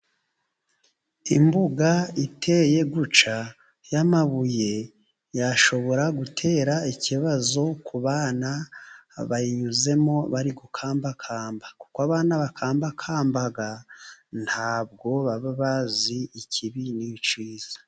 Imbuga iteye gutya y'amabuye, yashobora gutera ikibazo ku bana bayinyuzemo bari gukambakamba. Kuko abana bakambakamba ntabwo baba bazi ikibi n'ikiza.